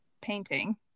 painting